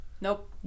nope